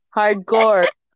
hardcore